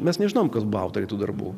mes nežinome kas baltai tų darbų